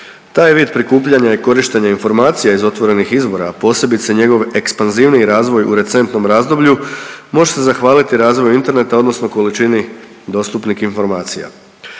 Taj vid prikupljanja i korištenja informacija iz otvorenih izvora, a posebice njegov ekspanzivniji razvoj u recentnom razdoblju, može se zahvaliti razvoju interneta odnosno količini dostupnih informacija.